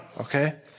okay